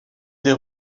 des